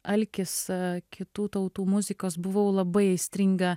alkis kitų tautų muzikos buvau labai aistringa